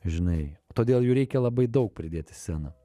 žinai todėl jų reikia labai daug pridėt į sceną